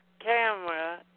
camera